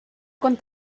con